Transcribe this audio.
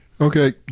okay